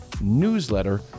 newsletter